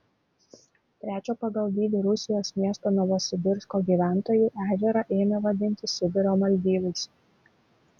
trečio pagal dydį rusijos miesto novosibirsko gyventojai ežerą ėmė vadinti sibiro maldyvais